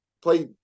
play